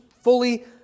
fully